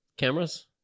cameras